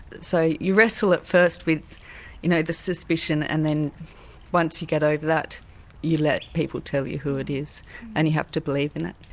so you wrestle at first with you know the suspicion and then once you get over that you let people tell you who it is and you have to believe in it.